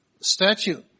statue